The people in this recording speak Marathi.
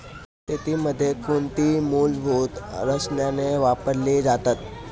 शेतीमध्ये कोणती मूलभूत रसायने वापरली जातात?